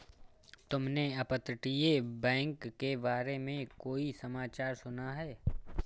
तुमने अपतटीय बैंक के बारे में कोई समाचार सुना है?